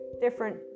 different